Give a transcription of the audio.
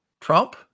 Trump